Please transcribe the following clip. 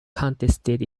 contested